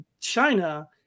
China